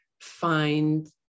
find